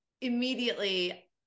immediately